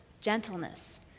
gentleness